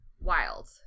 wild